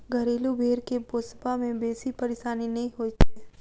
घरेलू भेंड़ के पोसबा मे बेसी परेशानी नै होइत छै